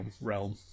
realm